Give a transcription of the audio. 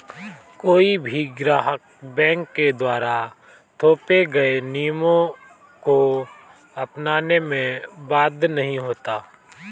कोई भी ग्राहक बैंक के द्वारा थोपे गये नियमों को अपनाने में बाध्य नहीं होता